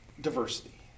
diversity